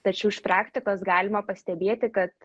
tačiau iš praktikos galima pastebėti kad